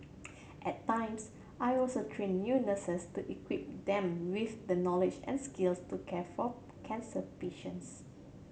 at times I also train new nurses to equip them with the knowledge and skills to care for cancer patients